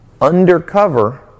undercover